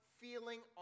feeling